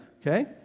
Okay